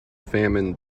famine